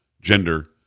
gender